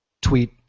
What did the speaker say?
tweet